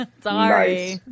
Sorry